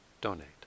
donate